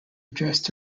addressed